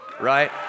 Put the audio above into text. right